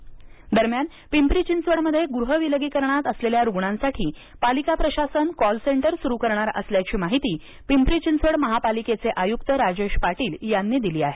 पिंचि गृहविलगीकरण दरम्यान पिंपरी चिंचवडमध्ये गृहविलगीकरणात असलेल्या रूग्णासांठी पालिका प्रशासन कॉल सेंटर सुरू करणार असल्याची माहिती पिंपरी चिंचवड महापालिकेचे आयुक्त राजेश पाटील यांनी दिली आहे